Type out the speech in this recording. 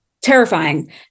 terrifying